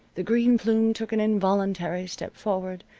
the green plume took an involuntary step forward.